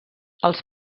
els